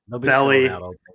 belly